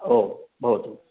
ओ भवतु